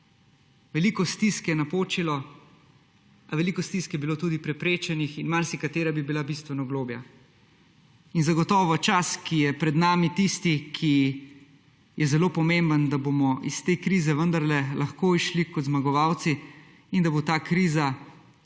Veliko stisk je napočilo, a veliko stisk je bilo tudi preprečenih in marsikatera bi bila bistveno globlja. Zagotovo je čas, ki je pred nami, tisti, ki je zelo pomemben, da bomo iz te krize vendarle lahko izšli kot zmagovalci in da bo ta kriza